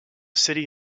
city